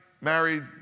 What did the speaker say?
married